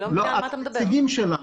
הנציגים שלה.